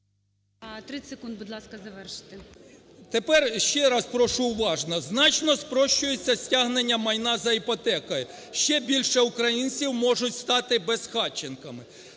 30 секунд, будь ласка, завершити. ОДАРЧЕНКО Ю.В. Тепер ще раз прошу уважно: значно спрощується стягнення майна за іпотекою, ще більше українців можуть стати безхатченками.